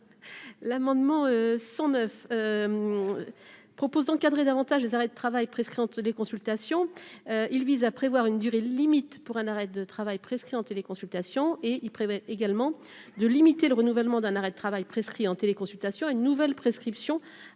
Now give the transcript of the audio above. l'amendement 100 neuf propose d'encadrer davantage les arrêts de travail prescrits entre des consultations, il vise à prévoir une durée limite pour un arrêt de travail prescrit en téléconsultation et il prévoit également de limiter le renouvellement d'un arrêt de travail prescrit en téléconsultation une nouvelle prescription